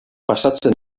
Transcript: pasatzen